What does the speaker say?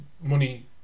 Money